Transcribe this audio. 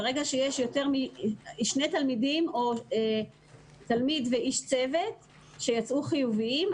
ברגע שיש יותר משני תלמידים או תלמיד ואיש צוות שיצאו חיוביים,